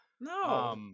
No